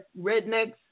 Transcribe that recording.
rednecks